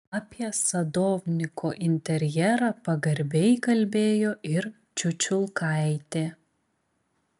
apie sadovniko interjerą pagarbiai kalbėjo ir čiučiulkaitė